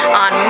on